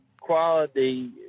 quality